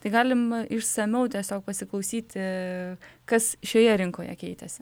tai galim išsamiau tiesiog pasiklausyti kas šioje rinkoje keitėsi